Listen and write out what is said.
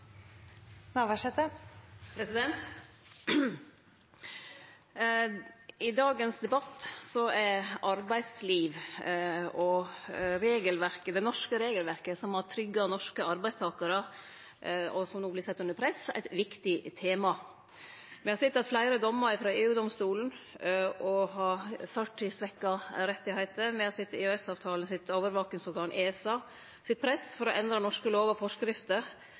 og det norske regelverket, som har trygga norske arbeidstakarar, og som no vert sett under press, eit viktig tema. Me har sett at fleire dommar i EU-domstolen har ført til svekte rettar, me har sett at EØS-avtalens overvakingsorgan, ESA, pressar for å endre norske lover og forskrifter,